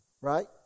Right